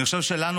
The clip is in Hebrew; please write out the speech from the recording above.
אני חושב שאנחנו,